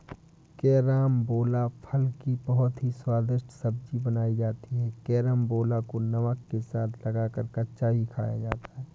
carambola फल की बहुत ही स्वादिष्ट सब्जी बनाई जाती है कैरमबोला को नमक के साथ लगाकर कच्चा भी खाया जाता है